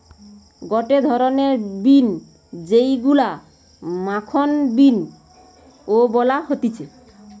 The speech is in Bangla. গটে ধরণের বিন যেইগুলো মাখন বিন ও বলা হতিছে